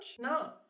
No